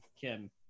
Kim